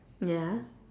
ya